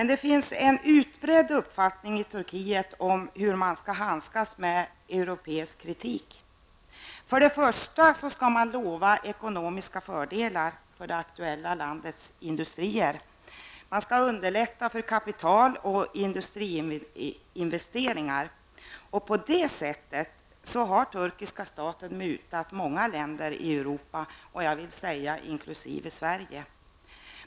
Det finns en utbredd uppfattning i Turkiet hur man skall handskas med europeisk kritik. Man skall lova ekonomiska fördelar för det aktuella landets industrier. Man skall underlätta för kapital och industriinvesteringar. På det sättet har den turkiska staten mutat många länder i Europa, jag vill säga inkl. Sverige.